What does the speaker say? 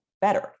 better